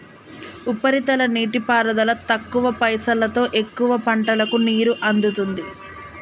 ఉపరితల నీటిపారుదల తక్కువ పైసలోతో ఎక్కువ పంటలకు నీరు అందుతుంది